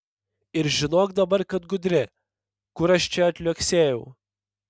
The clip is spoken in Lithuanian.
ir žinok dabar kad gudri kur aš čia atliuoksėjau